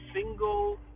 single